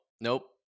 nope